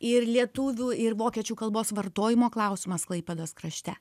ir lietuvių ir vokiečių kalbos vartojimo klausimas klaipėdos krašte